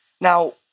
Now